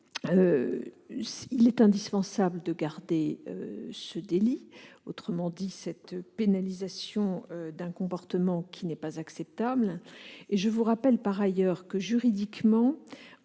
donc indispensable de conserver ce délit, autrement dit cette pénalisation d'un comportement inacceptable. Je vous rappelle par ailleurs que, juridiquement,